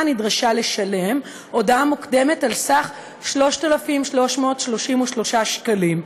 נדרשה לשלם הודעה מוקדמת על סך 3,333 שקלים.